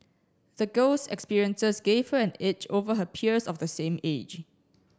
the girl's experiences gave her an edge over her peers of the same age